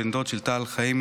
בן דוד של טל חיימי,